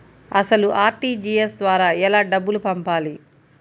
అసలు అర్.టీ.జీ.ఎస్ ద్వారా ఎలా డబ్బులు పంపాలి?